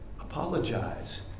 apologize